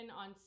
on